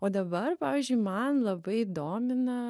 o dabar pavyzdžiui man labai domina